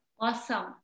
Awesome